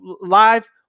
live